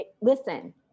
Listen